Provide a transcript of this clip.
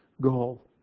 goal